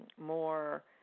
more